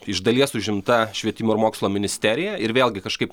iš dalies užimta švietimo ir mokslo ministerija ir vėlgi kažkaip